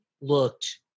looked